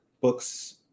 books